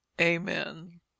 AMEN